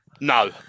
no